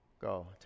Go